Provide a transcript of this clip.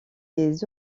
des